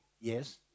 Yes